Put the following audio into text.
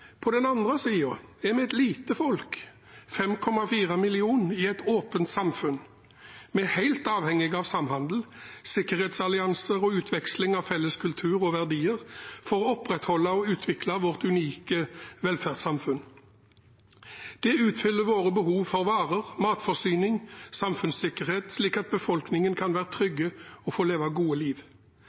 På den andre siden er vi et lite folk – 5,4 millioner – i et åpent samfunn. Vi er helt avhengige av samhandel, sikkerhetsallianser og utveksling av felles kultur og verdier for å opprettholde og utvikle vårt unike velferdssamfunn. Det utfyller våre behov for varer, matforsyning og samfunnssikkerhet, slik at befolkningen kan være trygg og få leve et godt liv.